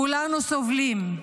כולנו סובלים,